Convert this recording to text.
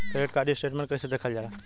Credit card statement कइसे देखल जाला?